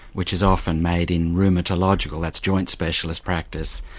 which is often made in rheumatological, that's joint specialist practice,